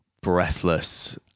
breathless